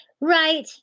Right